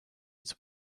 its